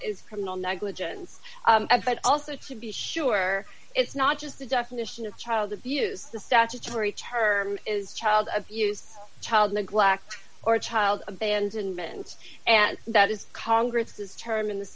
is criminal negligence but also to be sure it's not just the definition of child abuse the statutory church is child abuse child neglect or child abandonment and that is congress's term in the